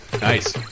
Nice